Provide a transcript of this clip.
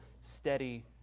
steady